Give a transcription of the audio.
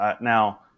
now